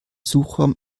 suchraum